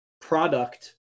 product